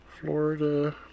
Florida